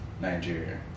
Nigeria